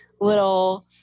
little